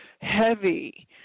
heavy